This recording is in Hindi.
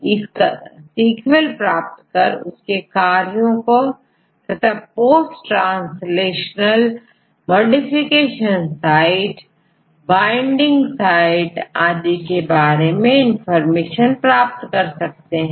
इसका सीक्वेल प्राप्त कर उसके कार्य और post translational मॉडिफिकेशन साइट और बाइंडिंग साइट के बारे में प्रत्येक इंफॉर्मेशन प्राप्त कर सकते हैं